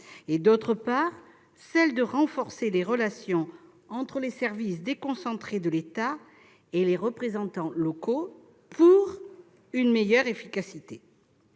; d'autre part, renforcer les relations entre les services déconcentrés de l'État et les représentants locaux pour une meilleure efficacité.